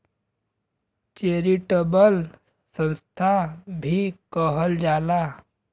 charitable संस्था भी कहल जाला